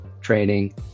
training